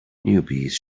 newbies